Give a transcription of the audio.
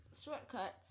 shortcuts